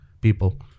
people